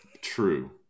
True